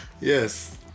Yes